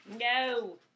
No